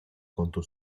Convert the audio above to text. conto